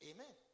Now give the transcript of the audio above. Amen